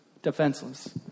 Defenseless